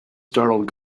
startled